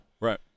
Right